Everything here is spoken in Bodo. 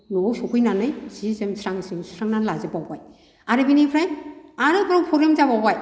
न'आव सफैनानै जि जोम स्रां स्रिं सुस्रांनानै लाजोबबावबाय आरो बिनिफ्राय आरो बेयाव प्रब्लेम जाबावबाय